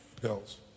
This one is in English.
Pills